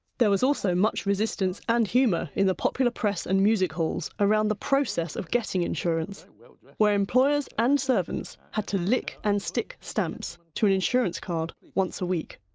there was also much resistance and humour in the popular press and music halls around the process of getting insurance, where where employers and servants had to lick and stick stamps to an insurance card once a week.